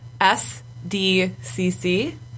S-D-C-C